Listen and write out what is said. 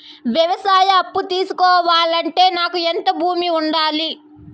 వ్యవసాయ అప్పు తీసుకోవాలంటే నాకు ఎంత భూమి ఉండాలి?